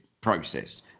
process